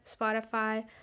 spotify